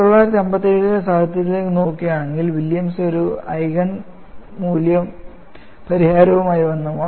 1957 ലെ സാഹിത്യത്തിലേക്ക് നോക്കുകയാണെങ്കിൽ വില്യംസ് ഒരു ഐജൻ മൂല്യ പരിഹാരവുമായി വന്നു